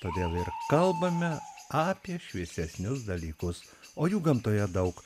todėl ir kalbame apie šviesesnius dalykus o jų gamtoje daug